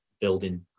building